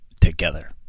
together